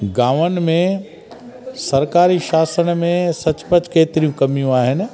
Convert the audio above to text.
गामनि में सरकारी शासन में सचमुच केतिरी कमियूं आहिनि